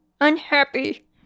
unhappy